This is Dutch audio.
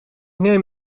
neem